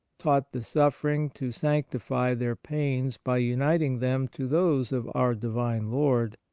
taught the suffering to sanctify their pains by uniting them to those of our divine lord,